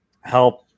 help